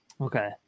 Okay